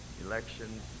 elections